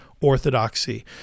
orthodoxy